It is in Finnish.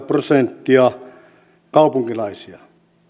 prosenttia on kaupunkilaisia